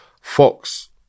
Fox